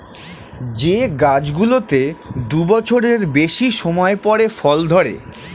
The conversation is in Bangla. যে গাছগুলোতে দু বছরের বেশি সময় পরে ফল ধরে